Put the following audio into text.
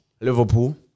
Liverpool